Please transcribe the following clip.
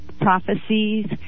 prophecies